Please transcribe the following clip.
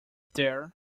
there